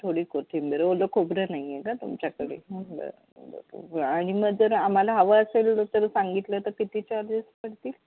थोडी कोथिंबिर ओलं खोबरं नाही आहे का तुमच्याकडे बरं बरं आणि मग जर आम्हाला हवं असेल तर सांगितलं तर किती चार्जेस पडतील